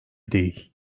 değil